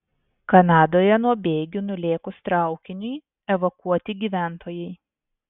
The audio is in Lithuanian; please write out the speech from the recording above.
kanadoje nuo bėgių nulėkus traukiniui evakuoti gyventojai